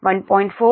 4 0